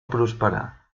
prosperar